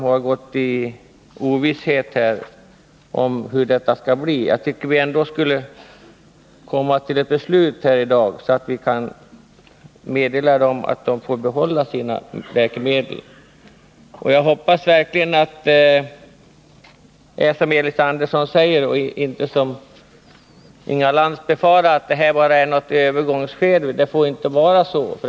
Jag tycker därför att vi borde fatta ett sådant beslut här i dag att vi sedan kan meddela dem att de får behålla sina fria läkemedel. Jag hoppas verkligen att det är som Elis Andersson säger och inte som Inga Lantz befarar, att detta med fria läkemedel bara är ett övergångsskede.